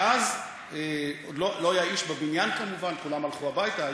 ואז לא היה איש בבניין כמובן, כולם הלכו הביתה.